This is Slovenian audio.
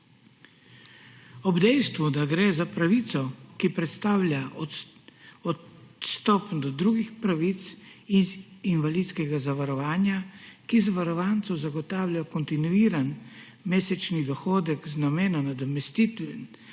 Ob dejstvu, da gre za pravico, ki predstavlja odstopanje do drugih pravic iz invalidskega zavarovanja, ki zavarovancu zagotavljajo kontinuiran mesečni dohodek z namenom nadomestitve